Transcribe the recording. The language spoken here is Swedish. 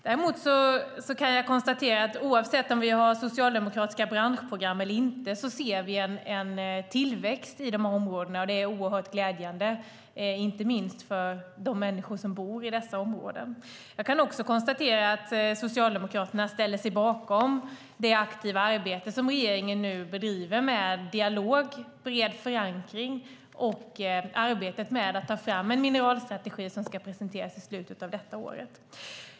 Däremot kan jag konstatera att oavsett om vi har socialdemokratiska branschprogram eller inte ser vi en tillväxt i de här områdena, och det är oerhört glädjande, inte minst för de människor som bor i dessa områden. Jag kan också konstatera att Socialdemokraterna ställer sig bakom det aktiva arbete som regeringen nu bedriver med dialog och bred förankring och arbetet med att ta fram en mineralstrategi som ska presenteras i slutet av detta år.